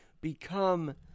become